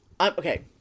Okay